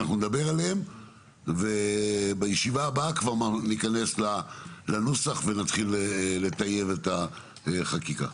אנחנו נדבר עליהם ובישיבה הבאה כבר ניכנס לנוסח ונתחיל לטייב את החקיקה,